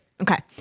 Okay